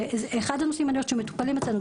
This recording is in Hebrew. ואחד הנושאים שמטופלים אצלנו,